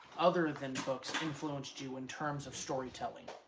other than books, influenced you in terms of storytelling?